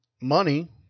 Money